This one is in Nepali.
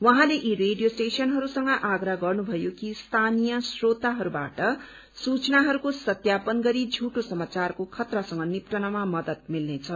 उहाँले यी रेडियो स्टेशनहरूसँग आग्रह गर्नुभयो कि स्थानीय श्रोताहरूबाट सूचनाहरूको सत्यापसन गरी झूठो समाचारको खतरासँग निप्टन मदद मिल्नेछ